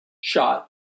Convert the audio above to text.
shot